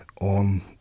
on